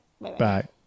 Bye